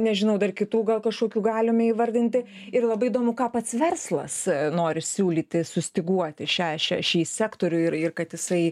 nežinau dar kitų gal kažkokių galime įvardinti ir labai įdomu ką pats verslas nori siūlyti sustyguoti šią šią šį sektorių ir ir kad jisai